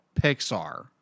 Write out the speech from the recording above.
Pixar